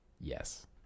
Yes